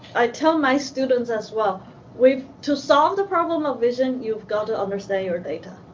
i tell my students as well we've to solve the problem of vision you've got to understand your data.